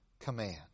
command